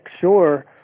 sure